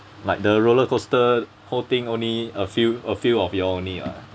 like the roller coaster whole thing only a few a few of you all only ah